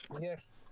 Yes